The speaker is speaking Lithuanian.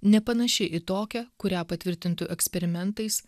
nepanaši į tokią kurią patvirtintų eksperimentais